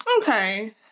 Okay